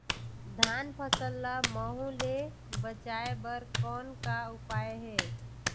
धान फसल ल महू ले बचाय बर कौन का उपाय हे?